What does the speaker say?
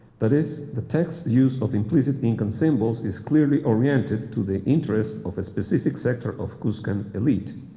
that is, the text's use of implicit incan symbols is clearly oriented to the interests of a specific sector of cuscan elite.